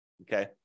Okay